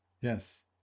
Yes